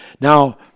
Now